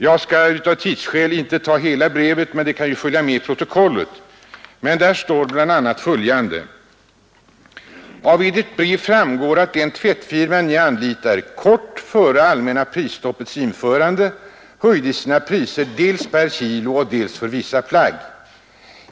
Jag skall av tidsskäl inte läsa hela brevet, men där står bl.a. följande: ”Av Edert brev framgår att den tvättfirma Ni anlitar kort före allmänna prisstoppets införande höjde sina priser dels per kilo och dels för vissa plagg.